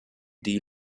die